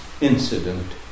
incident